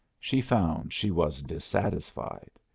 she found she was dissatisfied.